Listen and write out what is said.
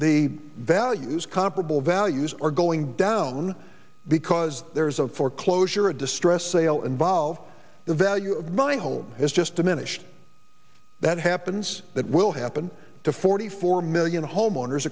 the values comparable values are going down because there's a foreclosure a distressed sale involved the value of my home is just diminished that happens that will happen to forty four million homeowners